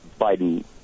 Biden